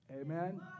Amen